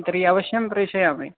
तर्हि अवश्यं प्रेषयामि